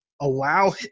allow